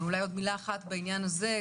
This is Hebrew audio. אולי עוד מילה אחת בעניין הזה,